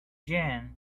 gin